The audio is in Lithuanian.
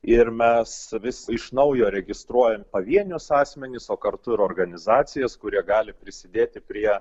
ir mes vis iš naujo registruojam pavienius asmenis o kartu ir organizacijas kurie gali prisidėti prie